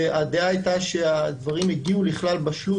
הדעה הייתה שהדברים הגיעו לכלל בשלות